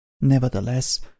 Nevertheless